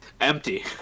Empty